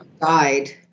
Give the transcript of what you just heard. died